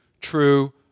true